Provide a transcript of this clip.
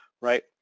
Right